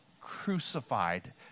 crucified